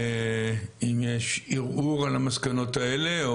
אם יש ערעור על המסקנות האלה,